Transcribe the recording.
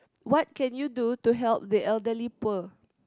what can you do to help the elderly poor